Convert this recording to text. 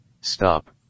Stop